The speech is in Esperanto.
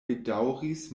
bedaŭris